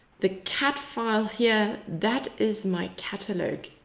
the cat file here. that is my catalogue.